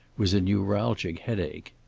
was a neuralgic headache.